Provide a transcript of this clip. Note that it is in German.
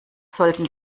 sollten